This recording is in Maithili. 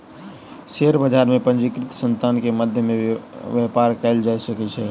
शेयर बजार में पंजीकृत संतान के मध्य में व्यापार कयल जा सकै छै